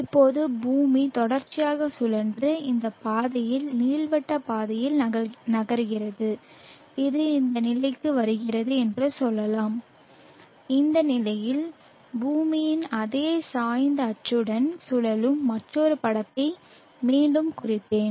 இப்போது பூமி தொடர்ச்சியாக சுழன்று இந்த பாதையில் நீள்வட்ட பாதையில் நகர்கிறது அது இந்த நிலைக்கு வருகிறது என்று சொல்லலாம் இந்த நிலையில் பூமியின் அதே சாய்ந்த அச்சுடன் சுழலும் மற்றொரு படத்தை மீண்டும் குறிப்பேன்